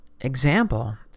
example